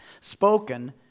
spoken